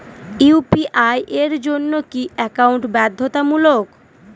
UPI এর জন্য কি একাউন্ট বাধ্যতামূলক?